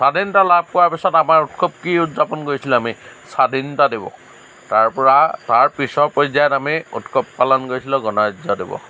স্ৱাধীনতা লাভ কৰাৰ পিছত আমাৰ উৎসৱ কি উদযাপন কৰিছিলোঁ আমি স্ৱাধীনতা দিৱস তাৰপৰা তাৰ পিছৰ পৰ্যায়ত আমি উৎসৱ পালন কৰিছিলোঁ গণৰাজ্য দিৱস